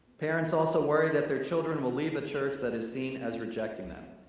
parents also worry that their children will leave the church that is seen as rejecting them.